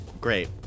Great